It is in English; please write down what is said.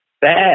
bad